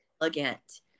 elegant